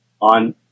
on